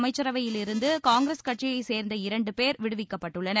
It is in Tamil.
அமைச்சரவையிலிருந்து காங்கிரஸ் கட்சியைச் சேர்ந்த இரண்டு பேர் முந்தைய விடுவிக்கப்பட்டுள்ளனர்